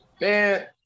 Man